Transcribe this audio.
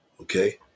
Okay